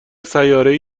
سیارهای